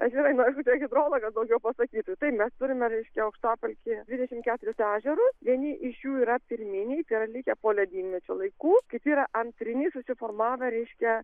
atvirai nu hidrologas daugiau pasakyti taip mes turime reiškia aukštapelkėje dvidešimt keturis ežerus vieni iš jų yra pirminiai tai yra likę po ledynmečio laikų kiti yra antriniai susiformavę reiškia